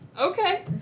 Okay